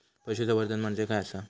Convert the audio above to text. पशुसंवर्धन म्हणजे काय आसा?